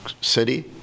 city